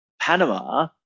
panama